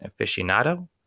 aficionado